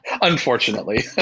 unfortunately